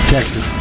Texas